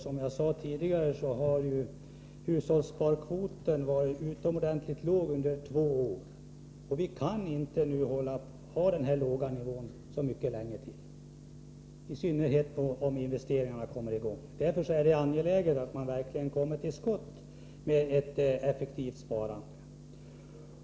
Som jag sade tidigare har hushållens sparkvot varit utomordentligt låg under två år, och så kan det inte få vara mycket längre — i synnerhet inte om investeringarna kommer i gång. Därför är det angeläget att man verkligen kommer till skott med ett effektivt sparande.